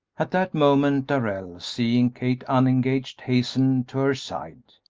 at that moment darrell, seeing kate unengaged, hastened to her side.